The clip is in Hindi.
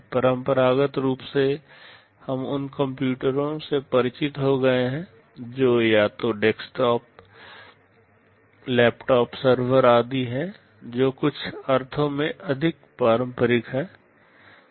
परंपरागत रूप से हम उन कंप्यूटरों से परिचित हो गए हैं जो या तो डेस्कटॉप लैपटॉप सर्वर आदि हैं जो कुछ अर्थों में अधिक पारंपरिक हैं